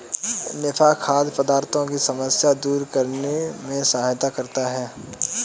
निफा खाद्य पदार्थों की समस्या दूर करने में सहायता करता है